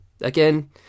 again